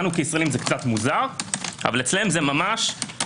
לנו הישראלים זה קצת מוזר אבל אצלם לא ייתכן שאסיר